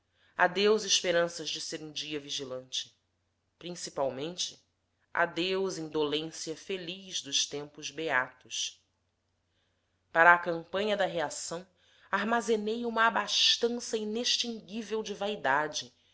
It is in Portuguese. adeus esperanças de ser um dia vigilante principalmente adeus indolência feliz dos tempos beatos para a campanha da reação armazenei uma abastança inextinguível de vaidade